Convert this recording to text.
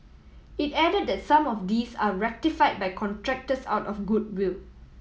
it added that some of these are rectify by contractors out of goodwill